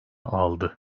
aldı